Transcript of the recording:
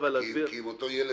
כי אם אותו ילד,